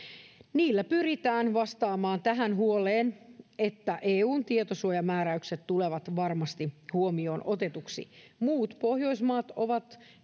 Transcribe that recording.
niillä pyritään vastaamaan huoleen että eun tietosuojamääräykset tulevat varmasti huomioon otetuiksi muut pohjoismaat ovat